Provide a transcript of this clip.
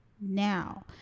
now